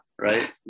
right